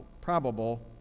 probable